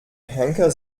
henker